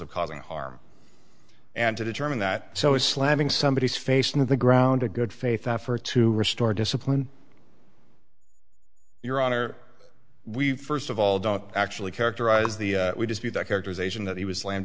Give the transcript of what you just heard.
of causing harm and to determine that so is slamming somebody's face in the ground a good faith effort to restore discipline your honor we first of all don't actually characterize the we dispute that characterization that he was la